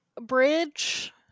bridge